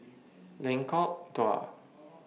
Lengkok Dua